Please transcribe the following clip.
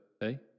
hey